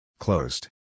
Closed